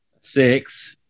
Six